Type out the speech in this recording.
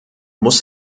muss